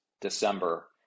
December